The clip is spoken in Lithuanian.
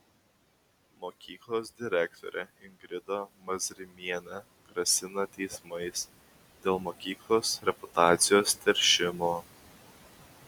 mokyklos direktorė ingrida mazrimienė grasina teismais dėl mokyklos reputacijos teršimo